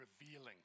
revealing